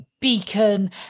Beacon